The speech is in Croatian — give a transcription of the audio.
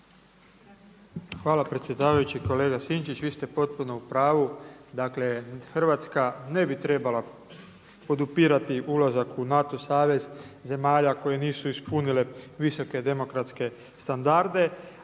Hvala predsjedavajući, kolega Sinčić. Vi ste potpuno u pravu. Dakle, Hrvatska ne bi trebala podupirati ulazak u NATO savez zemalja koje nisu ispunile visoke demokratske standarde,